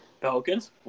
Pelicans